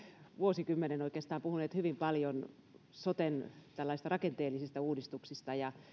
vuosikymmenen puhuneet hyvin paljon tällaisista soten rakenteellisista uudistuksista ja